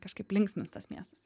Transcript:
kažkaip linksmins tas miestas